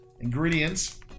ingredients